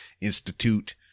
Institute